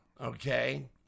Okay